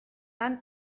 lan